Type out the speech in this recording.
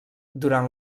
durant